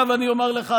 אני אומר לך,